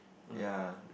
ya